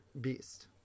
beast